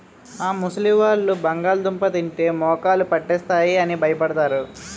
మా ముసలివాళ్ళు బంగాళదుంప తింటే మోకాళ్ళు పట్టేస్తాయి అని భయపడతారు